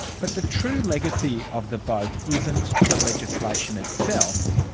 but the true legacy of the vote isn't the legislation itself,